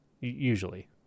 Usually